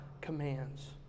commands